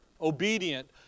Obedient